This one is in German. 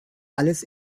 alles